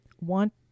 want